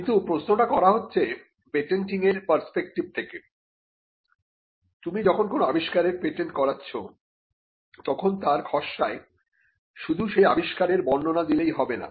কিন্তু প্রশ্নটা করা হচ্ছে পেটেন্টিং এর পার্সপেক্টিভ থেকে তুমি যখন কোন আবিষ্কারের পেটেন্ট করাচ্ছো তখন তার খসড়ায় শুধু সেই আবিষ্কারের বর্ণনা দিলেই হবে না